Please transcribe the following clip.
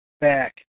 back